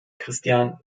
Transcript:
christian